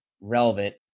relevant